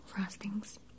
frostings